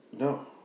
No